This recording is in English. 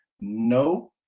no